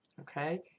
Okay